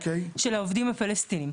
של העובדים הפלסטינים.